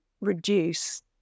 reduce